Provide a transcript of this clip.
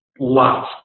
lots